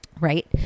Right